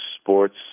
sports